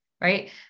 right